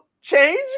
change